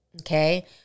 Okay